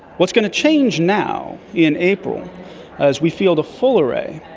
what's going to change now in april as we field a full array,